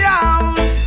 out